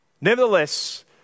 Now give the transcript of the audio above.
Nevertheless